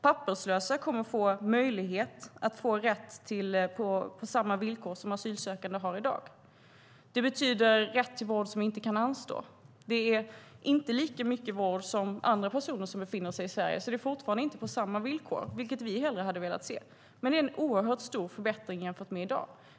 Papperslösa kommer att få rätt till hälso och sjukvård på samma villkor som asylsökande har i dag. Det betyder rätt till vård som inte kan anstå. Det är inte rätt till lika mycket vård som andra personer har som befinner sig i Sverige, så det är fortfarande inte på samma villkor, vilket vi hellre hade velat se. Men det är en oerhört stor förbättring jämfört med i dag.